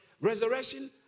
resurrection